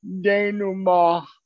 denouement